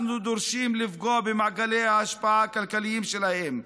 אנחנו דורשים לפגוע במעגלי ההשפעה הכלכליים שלהם,